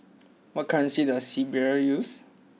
what currency does Serbia use